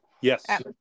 Yes